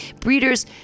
breeders